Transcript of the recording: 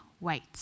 wait